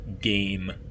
game